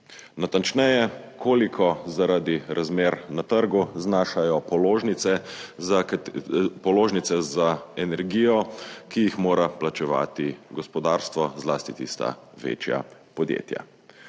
Natančneje, koliko zaradi razmer na trgu znašajo položnice za energijo, ki jih mora plačevati gospodarstvo, zlasti tista večja podjetja.